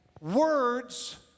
Words